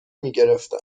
میگرفتن